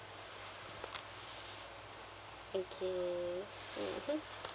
okay mmhmm